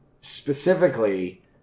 specifically